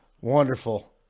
Wonderful